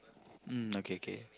mm okay K